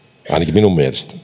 minun mielestäni